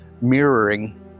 mirroring